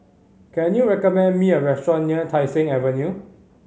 can you recommend me a restaurant near Tai Seng Avenue